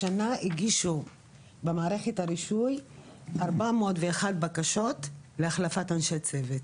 השנה הגישו במערכת הרישוי 401 בקשות להחלפת אנשי צוות,